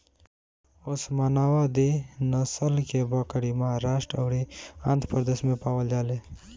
ओस्मानावादी नसल के बकरी महाराष्ट्र अउरी आंध्रप्रदेश में पावल जाले